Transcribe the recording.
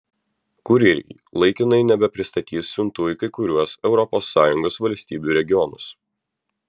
kurjeriai laikinai nebepristatys siuntų į kai kuriuos europos sąjungos valstybių regionus